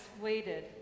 waited